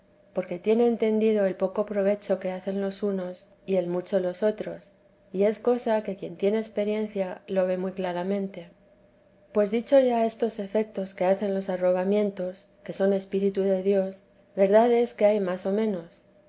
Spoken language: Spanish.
porque tiene entendido el poco provecho que hacen los unos y el mucho los oíros y es cosa que quien tiene experiencia lo ve muy claramente pues dicho ya estos efetos que hacen los arrobamientos que son espíritu de dios verdad es que hay más o menos